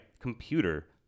computer